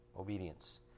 Obedience